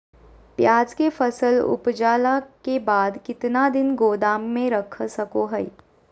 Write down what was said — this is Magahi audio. प्याज के फसल उपजला के बाद कितना दिन गोदाम में रख सको हय?